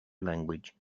language